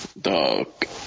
Dog